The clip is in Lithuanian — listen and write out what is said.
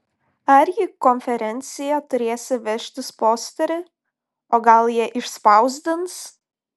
ar į konferenciją turėsi vežtis posterį o gal jie išspausdins